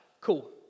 Cool